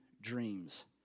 dreams